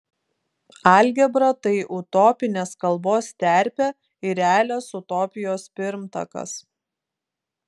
algebra tai utopinės kalbos terpė ir realios utopijos pirmtakas